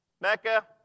Mecca